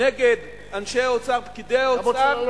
נגד אנשי האוצר, פקידי האוצר,